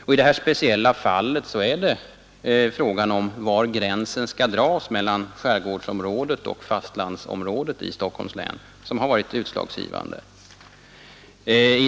Och i det här speciella fallet är det frågan om var gränsen skall dras mellan skärgårdsområdet och fastlandsområdet i Stockholms län som har varit utslagsgivande.